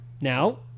now